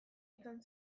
izan